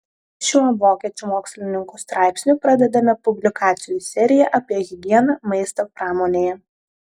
šiuo vokiečių mokslininkų straipsniu pradedame publikacijų seriją apie higieną maisto pramonėje